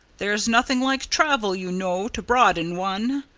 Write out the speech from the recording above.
there's nothing like travel, you know, to broaden one,